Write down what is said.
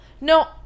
No